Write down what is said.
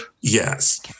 yes